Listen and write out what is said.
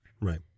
right